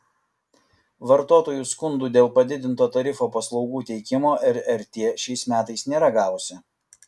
vartotojų skundų dėl padidinto tarifo paslaugų teikimo rrt šiais metais nėra gavusi